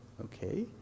okay